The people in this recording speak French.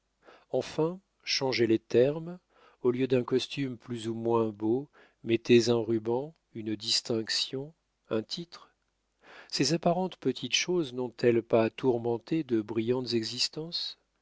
enfin changez les termes au lieu d'un costume plus ou moins beau mettez un ruban une distinction un titre ces apparentes petites choses n'ont-elles pas tourmenté de brillantes existences